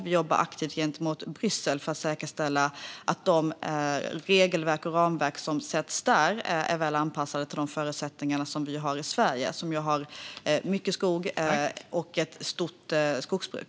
Vi jobbar också aktivt gentemot Bryssel för att säkerställa att de regelverk och ramverk som sätts upp där är väl anpassade till de förutsättningar som vi har i Sverige, som ju har mycket skog och ett stort skogsbruk.